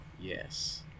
yes